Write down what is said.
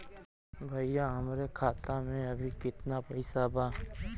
भईया हमरे खाता में अबहीं केतना पैसा बा?